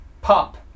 Pop